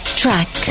track